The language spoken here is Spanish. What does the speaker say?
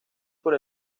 por